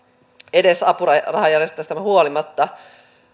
edes apurahajärjestelmästä huolimatta